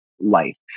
life